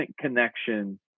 connection